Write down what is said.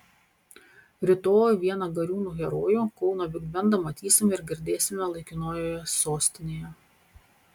rytoj vieną gariūnų herojų kauno bigbendą matysime ir girdėsime laikinojoje sostinėje